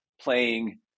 playing